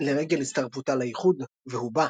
לרגל הצטרפותה לאיחוד – והוא בא.